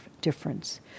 difference